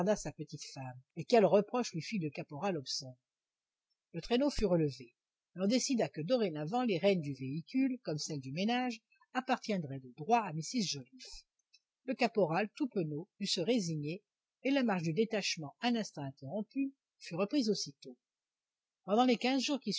sa petite femme et quels reproches lui fit le lieutenant hobson le traîneau fut relevé mais on décida que dorénavant les rênes du véhicule comme celles du ménage appartiendrait de droit à mrs joliffe le caporal tout penaud dut se résigner et la marche du détachement un instant interrompue fut reprise aussitôt pendant les quinze jours qui